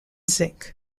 zinc